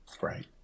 Right